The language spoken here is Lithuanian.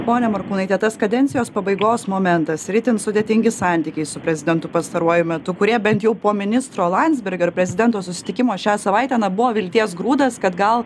ponia morkūnaite tas kadencijos pabaigos momentas ir itin sudėtingi santykiai su prezidentu pastaruoju metu kurie bent jau po ministro landsbergio ir prezidento susitikimo šią savaitę na buvo vilties grūdas kad gal